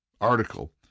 article